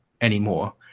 anymore